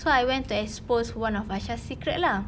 so I went to expose one of aisha's secret lah